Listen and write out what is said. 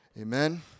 Amen